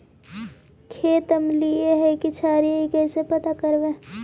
खेत अमलिए है कि क्षारिए इ कैसे पता करबै?